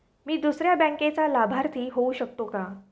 मी दुसऱ्या बँकेचा लाभार्थी होऊ शकतो का?